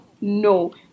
no